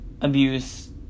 abuse